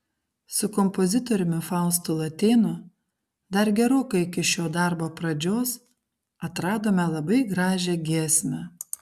su kompozitoriumi faustu latėnu dar gerokai iki šio darbo pradžios atradome labai gražią giesmę